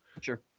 sure